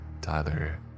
Tyler